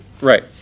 Right